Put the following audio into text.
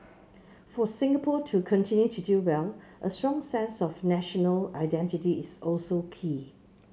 for Singapore to continue to do well a strong sense of national identity is also key